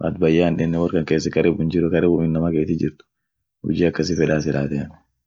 woat bayya hindenne wor kankesen karibum jiru karibum inama keeti jirt, hujji akasi feday silaate.